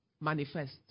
manifest